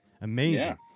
Amazing